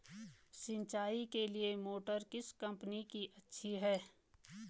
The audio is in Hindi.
सिंचाई के लिए मोटर किस कंपनी की अच्छी है?